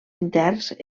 interns